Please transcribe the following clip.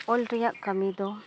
ᱚᱞ ᱨᱮᱭᱟᱜ ᱠᱟᱹᱢᱤ ᱫᱚ